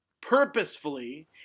purposefully